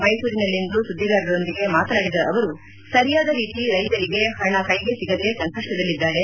ಮೈಸೂರಿನಲ್ಲಿಂದು ಸುದ್ವಿಗಾರರೊಂದಿಗೆ ಮಾತನಾಡಿದ ಅವರು ಸರಿಯಾದ ರೀತಿ ರೈತರಿಗೆ ಹಣ ಕೈಗೆ ಒಗದೇ ಸಂಕಪ್ಪದಲ್ಲಿದ್ದಾರೆ